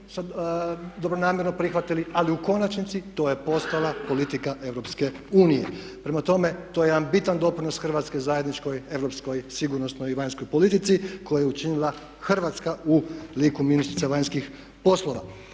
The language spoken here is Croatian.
dobronamjerno prihvatili, ali u konačnici to je postala politika EU. Prema tome, to je jedan bitan doprinos Hrvatske zajedničkoj europskoj sigurnosnoj i vanjskoj politici koju je učinila Hrvatska u liku ministrice vanjskih poslova.